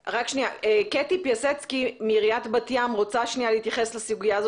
קטי פיאסצקי מעיריית בת ים רוצה להתייחס לסוגיה של